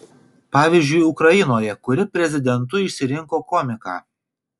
pavyzdžiui ukrainoje kuri prezidentu išsirinko komiką